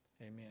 Amen